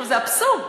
זה אבסורד: